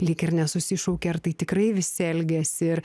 lyg ir nesusišaukia ar tai tikrai visi elgiasi ir